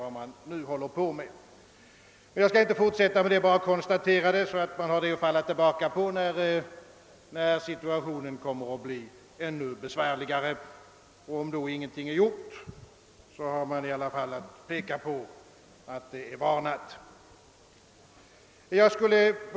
Jag skall inte fortsätta detta resonemang; jag bara konstaterar, hur läget ter sig för att man skall ha det att falla tillbaka på när siutationen blir ännu besvärligare. Om då ingenting är gjort, kan man i alla fall peka på att det har varnats.